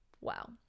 Wow